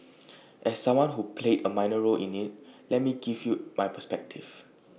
as someone who played A minor role in IT let me give you my perspective